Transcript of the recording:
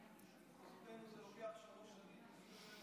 במחוזותינו זה לוקח שלוש שנים.